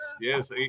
yes